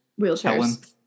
Wheelchairs